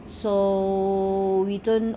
so we don't